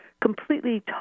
completely